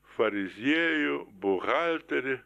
fariziejų buhalterį